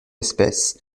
espèce